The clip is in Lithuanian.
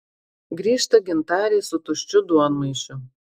grįžta gintarė su tuščiu duonmaišiu